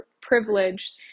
privileged